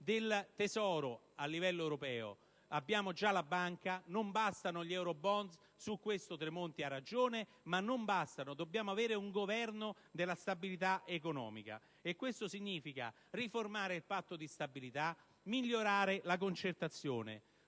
del tesoro a livello europeo. Abbiamo già la Banca; non bastano gli *eurobond* (su questo Tremonti ha ragione), dobbiamo avere un governo della stabilità economica, e questo significa riformare il Patto di stabilità e migliorare la concertazione.